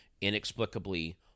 inexplicably